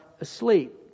asleep